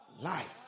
life